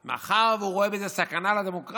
מאחר שהוא רואה בזה סכנה לדמוקרטיה.